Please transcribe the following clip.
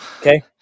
Okay